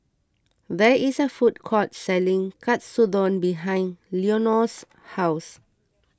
there is a food court selling Katsudon behind Leonor's house